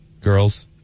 girls